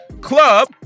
Club